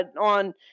on